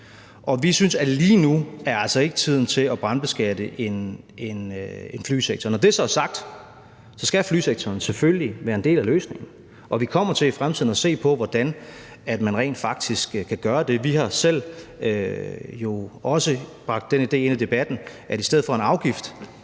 at det lige nu er tiden til at brandbeskatte en flysektor. Når det så er sagt, skal flysektoren selvfølgelig være en del af løsningen, og vi kommer til i fremtiden at se på, hvordan man rent faktisk kan gøre det. Vi har jo også selv bragt den idé ind i debatten, at i stedet for en afgift,